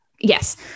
yes